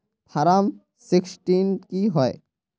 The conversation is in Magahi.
फारम सिक्सटीन की होय?